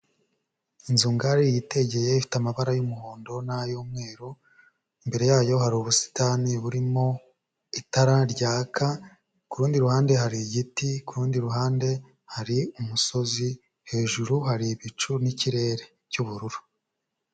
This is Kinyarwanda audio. Inzu ngari yitegeye ifite amabara y'umuhondo n'ay'umweru, imbere yayo hari ubusitani burimo itara ryaka, ku rundi ruhande hari igiti, ku rundi ruhande hari umusozi, hejuru hari ibicu n'ikirere cy'ubururu.